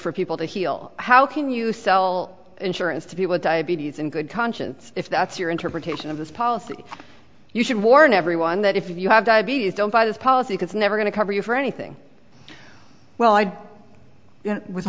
for people to heal how can you sell insurance to people diabetes in good conscience if that's your interpretation of this policy you should warn everyone that if you have diabetes don't buy this policy it's never going to cover you for anything well i was